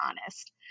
honest